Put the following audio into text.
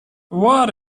what